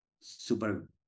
super